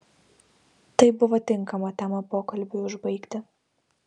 tai buvo tinkama tema pokalbiui užbaigti